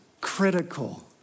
critical